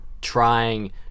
trying